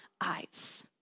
eyes